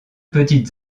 petites